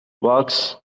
works